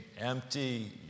empty